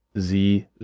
Sie